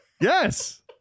Yes